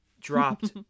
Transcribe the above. dropped